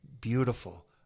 beautiful